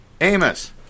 Amos